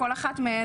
כל אחת מהן,